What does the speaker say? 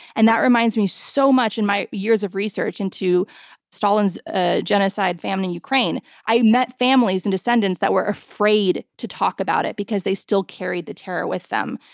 and that reminds me so much-in and my years of research into stalin's ah genocide famine in ukraine, i met families and descendants that were afraid to talk about it because they still carry the terror with them.